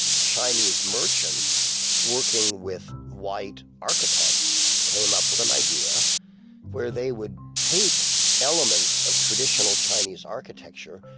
chinese merchants working with white architects came up with an idea where they would take elements of traditional chinese architecture,